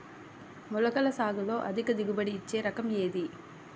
మొలకల సాగులో అధిక దిగుబడి ఇచ్చే రకం ఏది?